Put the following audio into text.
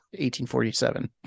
1847